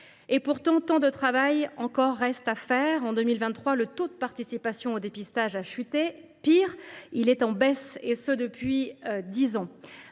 Et pourtant, il reste encore tant à faire. En 2023, le taux de participation au dépistage a chuté. Pire, il est en baisse, et ce depuis dix ans.